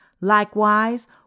Likewise